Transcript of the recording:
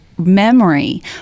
memory